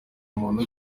muntu